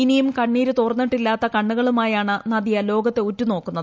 ഇനിയും കണ്ണീര് തോർന്നിട്ടില്ലാത്ത കണ്ണുകളുമായാണ് നദിയ ലോകത്തെ ഉറ്റുനോക്കുന്നത്